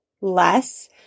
less